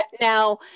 Now